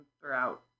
throughout